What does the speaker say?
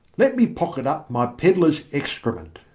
let me pocket up my pedlar's excrement.